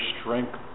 strength